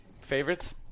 favorites